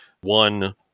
one